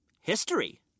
history